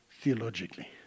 theologically